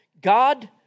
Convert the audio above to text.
God